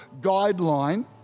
guideline